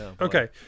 Okay